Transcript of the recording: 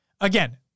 Again